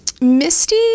Misty